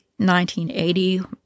1980